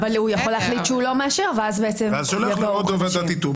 אבל הוא יכול להחליט שהוא לא מאשר ואז בעצם ואז שולח לוועדת איתור.